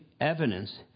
evidence